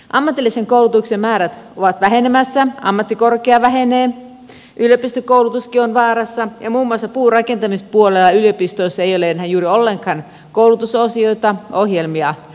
ammatillisen koulutuksen määrät ovat vähenemässä ammattikorkea vähenee yliopistokoulutuskin on vaarassa ja muun muassa puurakentamispuolella yliopistoissa ei ole enää juuri ollenkaan koulutusosioita ohjelmia